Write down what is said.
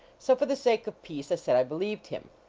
so, for the sake of peace, i said i believed him.